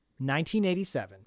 1987